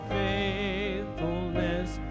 faithfulness